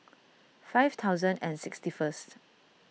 five thousand and sixty first